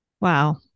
wow